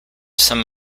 some